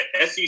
SEC